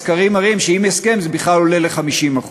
הסקרים מראים שעם הסכם זה בכלל עולה ל-50%.